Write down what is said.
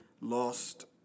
lost